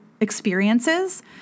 experiences